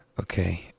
Okay